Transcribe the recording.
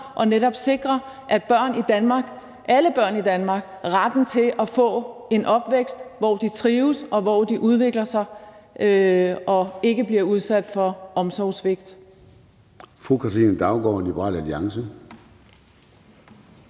og netop sikre alle børn i Danmark retten til at få en opvækst, hvor de trives, hvor de udvikler sig og ikke bliver udsat for omsorgssvigt.